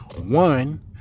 One